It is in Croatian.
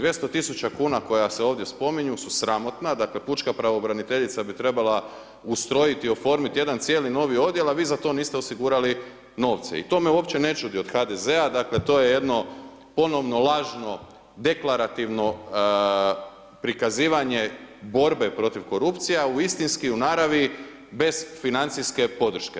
200 000 kn koja se ovdje spominju su sramotna, dakle pučka pravobranitelja bi trebala ustrojiti, oformiti jedan cijeli novi odjel a vi za to niste osigurali novce i to me uopće ne čudi od HDZ-a, dakle to je jedno ponovno lažno deklarativno prikazivanje borbe protiv korupcije a istinski u naravi bez financijske podrške.